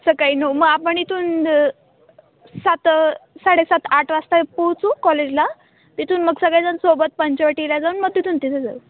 सकाळी नऊ मग आपण इथून सात साडेसात आठ वाजता पोहचू कॉलेजला तिथून मग सगळेजण सोबत पंचवटीला जाऊन मग तिथून तिथे जाऊ